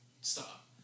stop